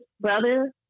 brother